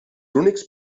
únics